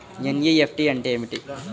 NEFT అంటే ఏమిటి?